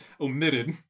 omitted